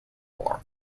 war